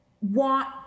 want